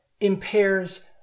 impairs